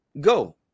go